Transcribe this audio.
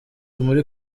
muri